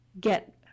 get